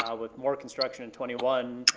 ah with more construction in twenty one,